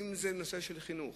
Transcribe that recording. אם זה נושא של חינוך,